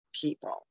people